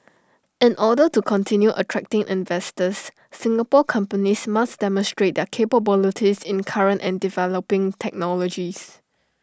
in order to continue attracting investors Singapore companies must demonstrate the capabilities in current and developing technologies